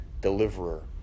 deliverer